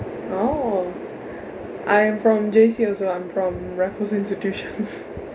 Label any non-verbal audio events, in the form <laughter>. oh I am from J_C also I'm from raffles institution <laughs>